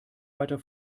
weiter